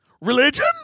Religion